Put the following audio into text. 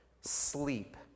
sleep